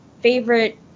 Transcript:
favorite